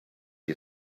you